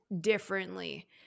differently